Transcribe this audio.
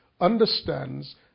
understands